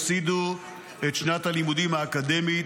לפי דברי ההסבר,